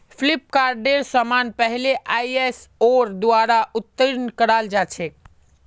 फ्लिपकार्टेर समान पहले आईएसओर द्वारा उत्तीर्ण कराल जा छेक